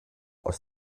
aus